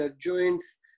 joints